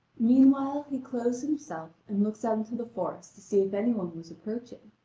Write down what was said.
meanwhile, he clothes himself and looks out into the forest to see if any one was approaching.